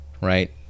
right